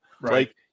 Right